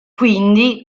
quindi